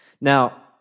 Now